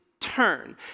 turn